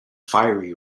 fiery